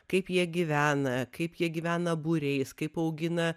kaip jie gyvena kaip jie gyvena būriais kaip augina